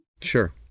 sure